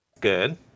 Good